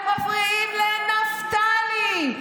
הם מפריעים לנפתלי,